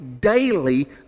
daily